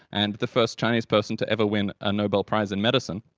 and the first chinese person to ever win a nobel prize in medicine.